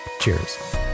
Cheers